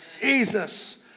Jesus